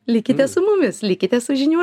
likite su mumis likite su žinių